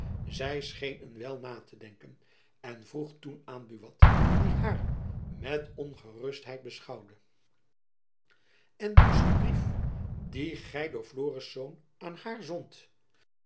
zy scheen een wijl na te denken en vroeg toen aan buat die haar met ongerustheid beschouwde en dus die brief dien gy door florisz aan haar zondt